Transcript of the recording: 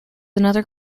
another